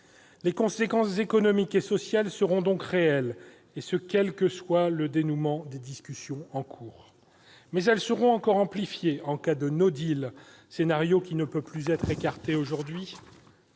Les conséquences économiques et sociales seront réelles, quel que soit le dénouement des discussions en cours, mais elles seront encore amplifiées en cas de, un scénario qui ne peut plus être écarté, au vu de